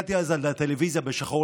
והסתכלתי אז על הטלוויזיה בשחור-לבן,